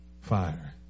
fire